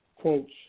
quotes